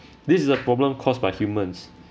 this is a problem caused by humans